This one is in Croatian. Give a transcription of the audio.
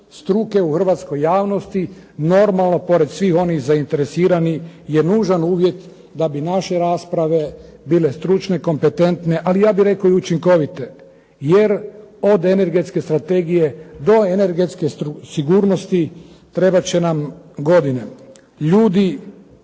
struke u Hrvatskoj javnosti, normalno pored svih onih nazainteresiranih je nužan uvjet da bi naše rasprave bile stručne, kompetentne ali ja bih rekao i učinkovite, jer od energetske strategije do energetske sigurnosti trebat će nam godinama. Ljudi,